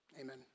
amen